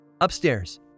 Upstairs